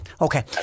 Okay